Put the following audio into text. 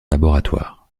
laboratoire